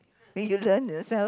you learn yourself